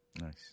Nice